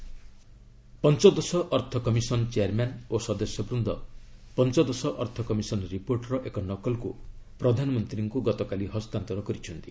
finance commission report ପଞ୍ଚଦଶ ଅର୍ଥ commission chairman ଓ ସଦସ୍ୟବୃନ୍ଦ ପଞ୍ଚଦଶ ଅର୍ଥ କମିସନ ରିପୋର୍ଟ ର ଏକ ନକଲକୁ ପ୍ରଧାନମନ୍ତ୍ରୀଙ୍କୁ ଗତକାଲି ହସ୍ତାନ୍ତର କରିଛନ୍ତି